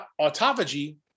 autophagy